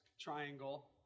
triangle